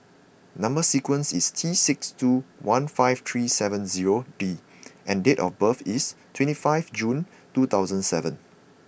number sequence is T six two one five three seven zero D and date of birth is twenty five June two thousand seven